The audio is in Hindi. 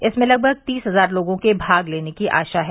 इसमें लगभग तीस हजार लोगों के भाग लेने की आशा है